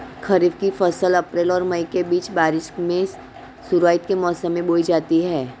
खरीफ़ की फ़सल अप्रैल और मई के बीच, बारिश के शुरुआती मौसम में बोई जाती हैं